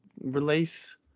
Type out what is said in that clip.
release